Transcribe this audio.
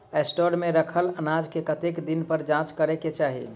Store मे रखल अनाज केँ कतेक दिन पर जाँच करै केँ चाहि?